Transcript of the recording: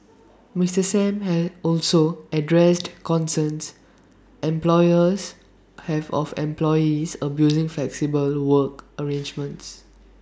Mister Sam have also addressed concerns employers have of employees abusing flexible work arrangements